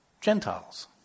Gentiles